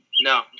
No